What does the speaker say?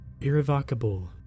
Irrevocable